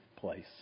place